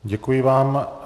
Děkuji vám.